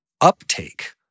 uptake